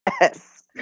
Yes